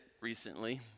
recently